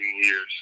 years